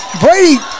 Brady